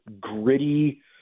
gritty